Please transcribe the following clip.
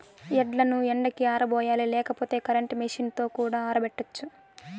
వడ్లను ఎండకి ఆరబోయాలి లేకపోతే కరెంట్ మెషీన్ తో కూడా ఆరబెట్టచ్చు